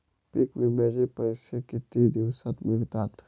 पीक विम्याचे पैसे किती दिवसात मिळतात?